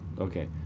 Okay